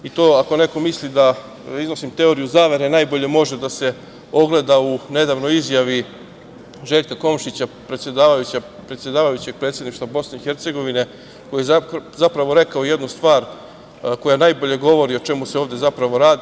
Ako neko misli da iznosim teoriju zavere, to najbolje može da se ogleda u nedavnoj izjavi Željka Komšića, predsedavajućeg Predsedništva BiH, koji je zapravo rekao jednu stvar koja najbolje govori o čemu se ovde zapravo radi.